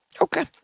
Okay